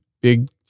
big